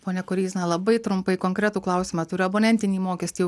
pone koryzna labai trumpai konkretų klausimą turiu abonentinį mokestį